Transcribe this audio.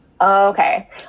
Okay